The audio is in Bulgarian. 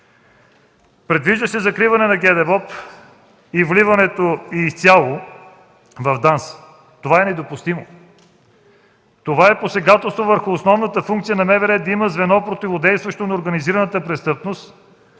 Предвижда се закриване на ГДБОП и вливането й изцяло в ДАНС, което е недопустимо – посегателство върху основната функция на МВР да има звено, противодействащо на организираната престъпност.